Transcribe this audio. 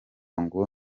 ngo